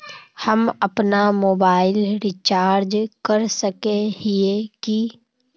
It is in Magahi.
हम अपना मोबाईल रिचार्ज कर सकय हिये की?